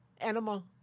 animal